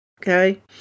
okay